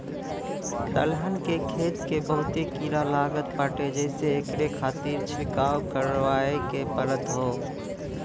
दलहन के खेत के बहुते कीड़ा लागत बाटे जेसे एकरे खातिर छिड़काव करवाए के पड़त हौ